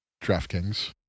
DraftKings